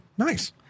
Nice